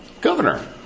governor